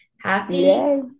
Happy